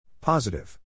Positive